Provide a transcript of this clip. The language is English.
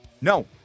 No